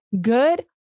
good